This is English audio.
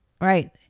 Right